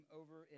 over